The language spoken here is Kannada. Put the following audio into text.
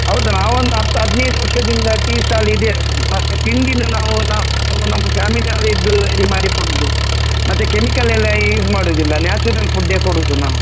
ಹೌದು ನಾವೊಂದು ಹತ್ತು ಹದಿನೈದು ವರ್ಷದಿಂದ ಟೀ ಸ್ಟಾಲ್ ಇದೆ ನಮ್ಮದು ಮತ್ತೆ ತಿಂಡಿನು ನಾವು ನಾವು ನಮ್ಮ ಫ್ಯಾಮಿಲಿಯವ್ರೆ ಇದು ರೆಡಿ ಮಾಡಿ ಕೊಡೋದು ಮತ್ತೆ ಕೆಮಿಕಲ್ ಎಲ್ಲ ಯೂಸ್ ಮಾಡೋದಿಲ್ಲ ನ್ಯಾಚುರಲ್ ಫುಡ್ಡೇ ಕೊಡೋದು ನಾವು